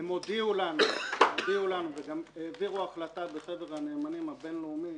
הם הודיעו לנו וגם העבירו החלטה בחבר הנאמנים הבינלאומי